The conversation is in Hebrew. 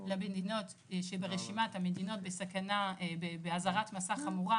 למדינות שברשימת המדינות באזהרת מסע חמורה,